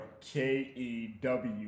K-E-W